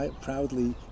proudly